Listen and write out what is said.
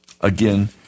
again